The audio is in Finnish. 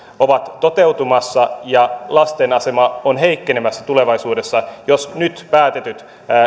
ovat toteutumassa ja lasten asema on heikkenemässä tulevaisuudessa jos nyt päätetyt